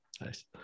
Nice